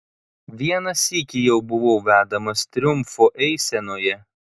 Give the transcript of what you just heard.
vieną sykį jau buvau vedamas triumfo eisenoje